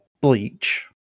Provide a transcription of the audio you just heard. Bleach